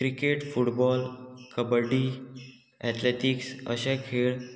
cricket football kabaddi athletics अशें खेळ